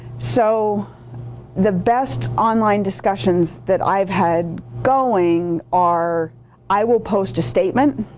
so the best online discussions that i've had going are i will post a statement,